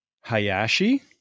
Hayashi